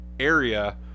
area